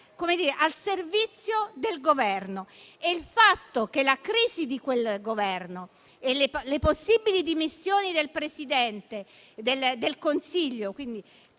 che sarà al servizio del Governo. Il fatto che la crisi di quel Governo e le possibili dimissioni del Presidente del Consiglio